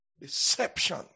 Deception